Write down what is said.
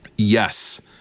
yes